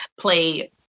play